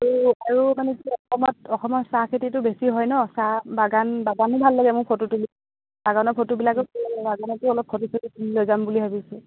আৰু আৰু মানে কি অসমত অসমৰ চাহ খেতিটো বেছি হয় নহ্ চাহ বাগান বাগানো ভাল লাগে মোৰ ফটো তুলি বাগানৰ ফটোবিলাকো বাগানতো অলপ ফটো চটো তুলি লৈ যাম বুলি ভাবিছোঁ